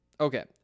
Okay